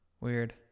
weird